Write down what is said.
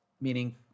Meaning